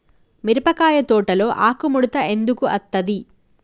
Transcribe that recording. మిరపకాయ తోటలో ఆకు ముడత ఎందుకు అత్తది?